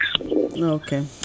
Okay